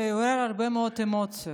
שעורר הרבה מאוד אמוציות,